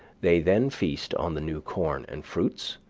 they then feast on the new corn and fruits,